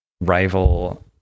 rival